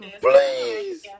please